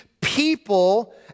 people